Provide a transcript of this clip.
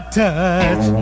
touch